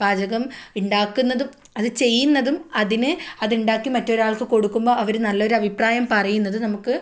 പാചകം ഉണ്ടാക്കുന്നതും അത് ചെയ്യുന്നതും അതിനെ അതിണ്ടാക്കി മറ്റൊരാൾക്ക് കൊടുക്കുമ്പോൾ അവർ നല്ലൊരഭിപ്രായം പറയുന്നത് നമുക്ക്